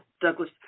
Douglas